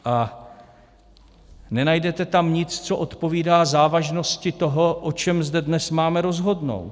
A nenajdete tam nic, co odpovídá závažnosti toho, o čem zde dnes máme rozhodnout.